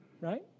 right